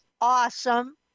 awesome